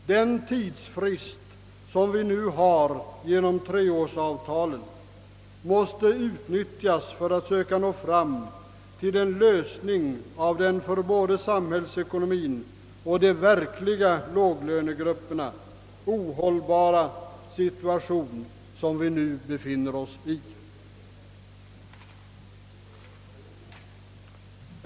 Den tidsfrist som vi nu har genom treårsavtalen måste utnyttjas så, att vi därunder söker nå fram till en lösning av den för både samhällsekonomien och de verkliga låglönegrupperna ohållbara situation som vi nu befinner oss i.